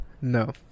No